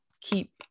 keep